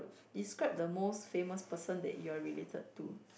describe the most famous person that you are related to